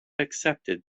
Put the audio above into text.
accepted